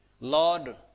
Lord